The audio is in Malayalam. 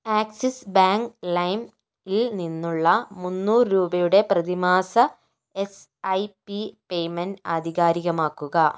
ആക്സിസ് ബാങ്ക് ലൈം ൽ നിന്നുള്ള മുന്നൂറ് രൂപയുടെ പ്രതിമാസ എസ് ഐ പി പേയ്മെൻറ്റ് ആധികാരികമാക്കുക